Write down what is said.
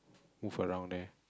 move around there